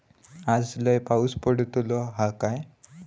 आज लय पाऊस पडतलो हा काय?